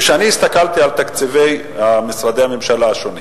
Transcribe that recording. כשהסתכלתי על תקציבי משרדי הממשלה השונים,